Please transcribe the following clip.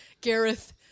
Gareth